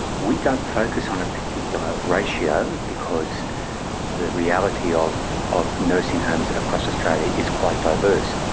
we don't focus on a particular ratio because the reality of of nursing homes across australia is quite diverse.